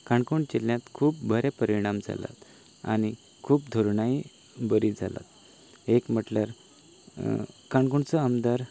काणकोण जिल्ल्यांत खूब बरे परिणाम जाल्यात आनी खूब धोरणाय बरीं जाल्यात एक म्हणल्यार काणकोणचो आमदार